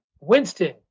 Winston